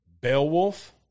Beowulf